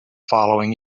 following